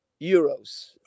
euros